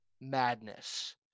madness